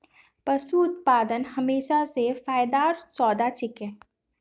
पशू उत्पादन हमेशा स फायदार सौदा छिके